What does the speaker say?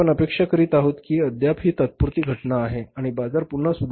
आपण अपेक्षा करीत आहोत की अद्याप ही तात्पुरती घटना आहे आणि बाजार पुन्हा सुधारेल